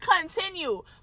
continue